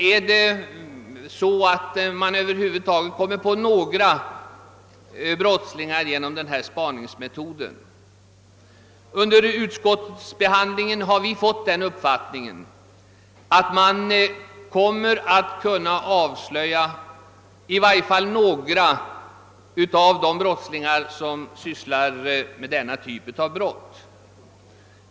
Kommer man över huvud taget att avslöja några brottslingar med hjälp av denna spaningsmetod? Under utskottsbehandlingen har vi fått uppfattningen att man kommer att kunna avslöja i varje fall några av de brottslingar som gör sig skyldiga till denna typ av brott.